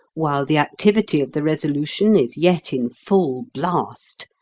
while the activity of the resolution is yet in full blast,